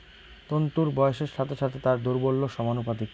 তন্তুর বয়সের সাথে সাথে তার দৌর্বল্য সমানুপাতিক